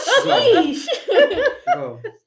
Sheesh